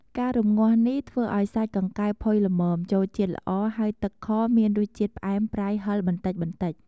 ការរំងាស់នេះធ្វើឱ្យសាច់កង្កែបផុយល្មម ចូលជាតិល្អ ហើយទឹកខមានរសជាតិផ្អែម ប្រៃ ហឹរ បន្តិចៗ។